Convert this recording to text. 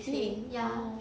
really